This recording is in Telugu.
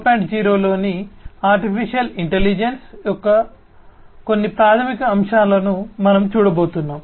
0 లోని ఆర్టిఫిషియల్ ఇంటెలిజెన్స్ యొక్క కొన్ని ప్రాథమిక అంశాలను మనం చూడబోతున్నాం